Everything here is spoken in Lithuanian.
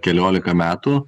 kelioliką metų